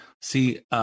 see